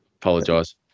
Apologise